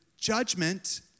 judgment